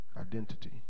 Identity